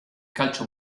calcio